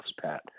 Pat